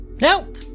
Nope